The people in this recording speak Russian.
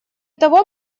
того